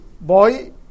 boy